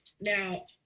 Now